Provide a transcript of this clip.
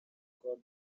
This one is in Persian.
کار